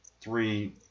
three